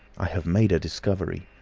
i have made a discovery.